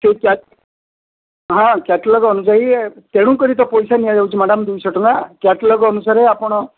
ସେ କ୍ୟାଟ୍ ହଁ କ୍ୟାଟଲଗ୍ ଅନୁଯାୟୀ ତେଣୁକରି ତ ପଇସା ନିଆଯାଉଛି ମ୍ୟାଡ଼ାମ୍ ଦୁଇଶହ ଟଙ୍କା କ୍ୟାଟଲଗ୍ ଅନୁସାରେ ଆପଣ